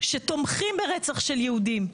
שתומכים ברצח של יהודים,